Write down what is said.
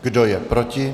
Kdo je proti?